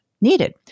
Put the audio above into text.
needed